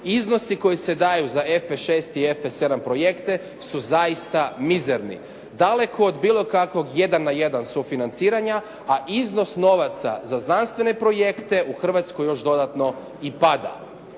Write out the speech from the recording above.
iznosi koji se daju za FP6 i FP 7projekte su zaista mizerni. Daleko od bilo kakvog jedan na jedan sufinanciranja, a iznos novaca za znanstvene projekte u Hrvatskoj još dodatno i pada.